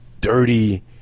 dirty